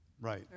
Right